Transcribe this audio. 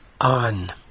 on